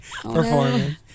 performing